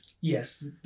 Yes